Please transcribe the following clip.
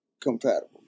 Compatible